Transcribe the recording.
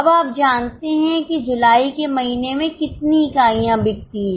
अब आप जानते हैं कि जुलाई के महीने में कितनी इकाइयाँ बिकती हैं